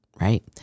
right